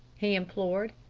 he implored.